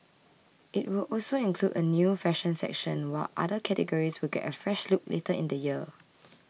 it will also include a new fashion section while other categories will get a fresh look later in the year